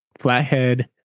Flathead